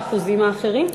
האחוזים האחרים?